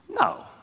No